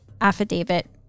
affidavit